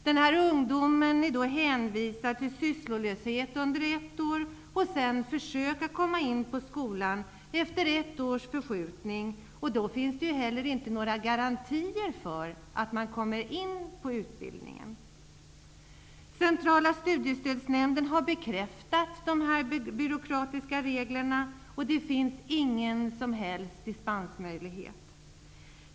Den unga människan är då hänvisad till sysslolöshet under ett år och till att sedan försöka komma in på skolan med ett års förskjutning. Då finns det inte heller några garantier för att han eller hon kommer in på utbildningen. Centrala studiestödsnämnden har bekräftat de här byråkratiska reglerna, och det finns ingen som helst dispensmöjlighet.